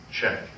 check